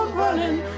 running